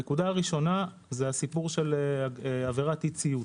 הנקודה הראשונה זה הסיפור של עבירת אי-ציות.